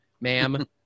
Ma'am